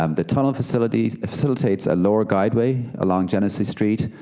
um the tunnel facilitates facilitates a lower uguideway along genesee street,